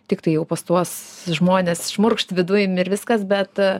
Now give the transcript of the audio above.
tiktai jau pas tuos žmones šmurkšt vidun ir viskas bet